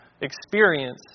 experience